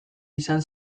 izan